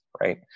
right